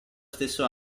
stesso